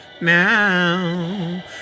now